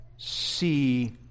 See